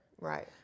Right